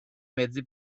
mezzi